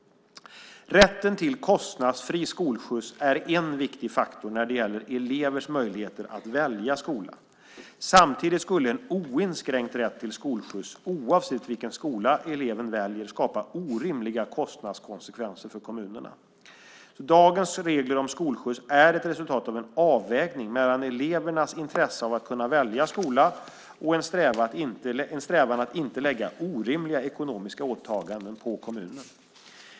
Rätten till kostnadsfri skolskjuts är en viktig faktor när det gäller elevers möjligheter att välja skola. Samtidigt skulle en oinskränkt rätt till skolskjuts oavsett vilken skola eleven väljer skapa orimliga kostnadskonsekvenser för kommunerna. Dagens regler om skolskjuts är ett resultat av en avvägning mellan elevernas intresse av att kunna välja skola och en strävan att inte lägga orimliga ekonomiska åtaganden på kommunen.